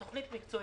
התוכנית מקצועית,